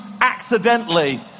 accidentally